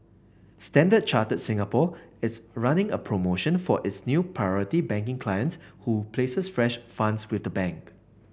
Standard Chartered Singapore is running a promotion for its new Priority Banking clients who places fresh funds with the bank